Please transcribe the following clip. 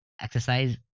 Exercise